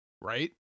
right